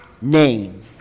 name